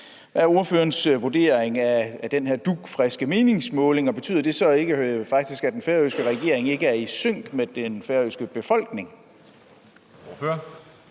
Hvad er ordførerens vurdering af den her dugfriske meningsmåling? Og betyder det så faktisk ikke, at den færøske regering ikke er i sync med den færøske befolkning?